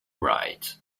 wright